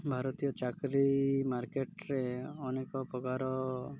ଭାରତୀୟ ଚାକିରି ମାର୍କେଟ୍ରେ ଅନେକ ପ୍ରକାର